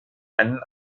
einen